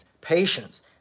patience